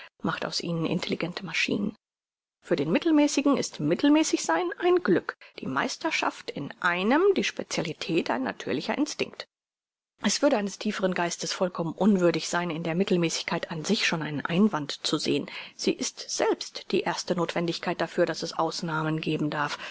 macht aus ihnen intelligente maschinen für den mittelmäßigen ist mittelmäßig sein ein glück die meisterschaft in einem die specialität ein natürlicher instinkt es würde eines tieferen geistes vollkommen unwürdig sein in der mittelmäßigkeit an sich schon einen einwand zu sehn sie ist selbst die erste notwendigkeit dafür daß es ausnahmen geben darf